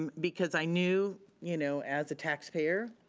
um because i knew you know as a taxpayer,